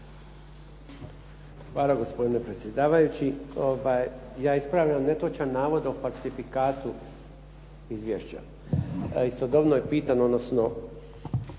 Hvala gospodine predsjedavajući. Ja ispravljam netočan navod o falsifikatu izvješća. Istodobno je pitan odnosno